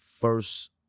first